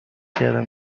کردم